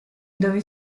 dove